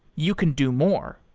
you can do more.